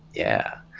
yeah.